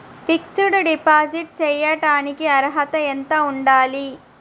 Fix డ్ deposit చేయటానికి అర్హత ఎంత ఉండాలి?